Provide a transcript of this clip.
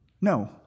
No